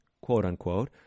quote-unquote